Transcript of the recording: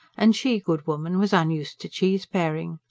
and she, good woman, was unused to cheeseparing.